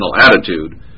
attitude